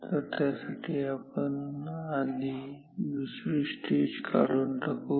तर त्यासाठी आधी आपण दुसरी स्टेज काढून टाकू